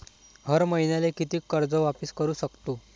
हर मईन्याले कितीक कर्ज वापिस करू सकतो?